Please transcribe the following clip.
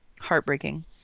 Heartbreaking